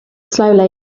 slowly